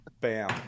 bam